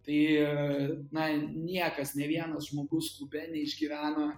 tai na niekas nė vienas žmogus klube neišgyvena